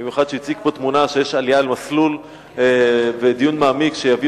במיוחד שהוא הציג פה תמונה שיש עלייה על מסלול ודיון מעמיק שיביא